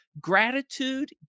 gratitude